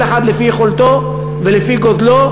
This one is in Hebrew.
כל אחד לפי יכולתו ולפי גודלו,